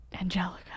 Angelica